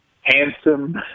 handsome